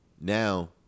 Now